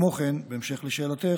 וכמו כן, בהמשך לשאלתך,